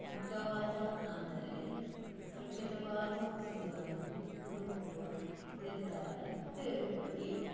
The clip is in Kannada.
ಅಗ್ಗವಾದ ಆದರೆ ಸುರಕ್ಷಿತವಾದ ವಸತಿಗಳನ್ನು ಹುಡುಕುವ ನಿರ್ಧಾರ ತೆಗೆದುಕೊಳ್ಳಿ